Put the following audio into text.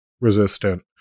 resistant